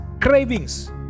cravings